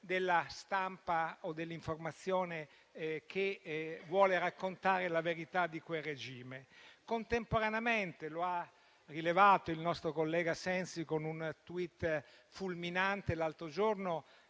della stampa o dell'informazione che vogliono raccontare la verità di quel regime. Contemporaneamente, come ha rilevato il nostro collega, senatore Sensi, con un *tweet* fulminante, l'altro giorno